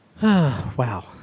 wow